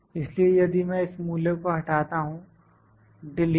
इसलिए यदि मैं इस मूल्य को हटाता हूं डिलीट